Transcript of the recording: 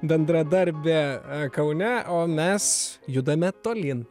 bendradarbė kaune o mes judame tolyn